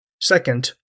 Second